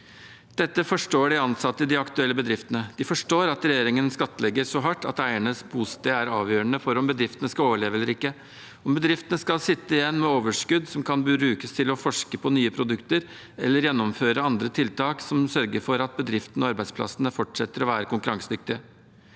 Dette forstår de ansatte i de aktuelle bedriftene. De forstår at regjeringen skattlegger så hardt at eiernes bosted er avgjørende for om bedriftene skal overleve eller ikke – om bedriftene skal sitte igjen med overskudd som kan brukes til å forske på nye produkter, eller gjennomføre andre tiltak som sørger for at bedriftene og arbeidsplassene fortsetter å være konkurransedyktige.